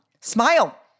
Smile